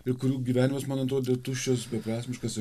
ir kurių gyvenimas man atrodė tuščias beprasmiškas ir